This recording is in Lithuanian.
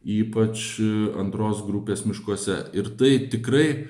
ypač antros grupės miškuose ir tai tikrai